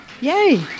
Yay